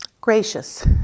gracious